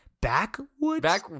Backwoods